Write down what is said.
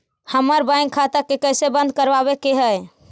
हमर बैंक खाता के कैसे बंद करबाबे के है?